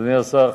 אדוני השר,